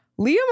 Liam